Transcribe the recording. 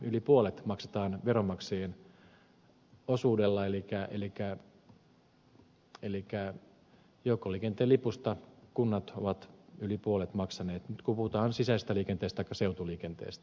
yli puolet maksetaan veronmaksajien osuudella elikkä joukkoliikenteen lipusta kunnat ovat yli puolet maksaneet kun puhutaan sisäisestä liikenteestä taikka seutuliikenteestä